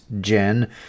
Jen